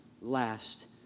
last